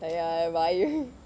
ya but you